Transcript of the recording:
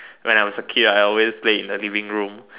when I was a kid I always play in the living room